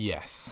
Yes